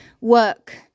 work